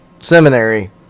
Seminary